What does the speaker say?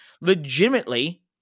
legitimately